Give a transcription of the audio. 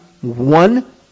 one